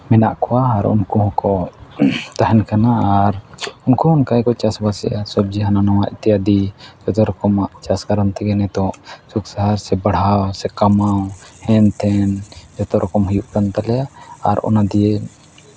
ᱢᱮᱱᱟᱜ ᱠᱚᱣᱟ ᱟᱨ ᱩᱱᱠᱩ ᱦᱚᱸᱠᱚ ᱛᱟᱦᱮᱱ ᱠᱟᱱᱟ ᱟᱨ ᱩᱱᱠᱩ ᱦᱚᱸ ᱚᱱᱠᱟ ᱜᱮᱠᱚ ᱪᱟᱥᱵᱟᱥᱮᱜᱼᱟ ᱥᱚᱵᱽᱡᱤ ᱦᱟᱱᱟ ᱱᱚᱣᱟ ᱤᱛᱟᱫᱤ ᱠᱚᱛᱚ ᱨᱚᱠᱚᱢᱟᱜ ᱪᱟᱥ ᱠᱟᱨᱚᱱ ᱛᱮᱜᱮ ᱱᱤᱛᱚᱜ ᱥᱩᱠ ᱥᱟᱦᱟᱨ ᱥᱮ ᱵᱟᱲᱦᱟᱣ ᱥᱮ ᱠᱟᱢᱟᱣ ᱦᱮᱱ ᱛᱷᱮᱱ ᱡᱷᱚᱛᱚ ᱨᱚᱠᱚᱢ ᱦᱩᱭᱩᱜ ᱠᱟᱱ ᱛᱟᱞᱮᱭᱟ ᱟᱨ ᱚᱱᱟ ᱫᱤᱭᱮ